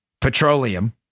petroleum